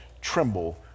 tremble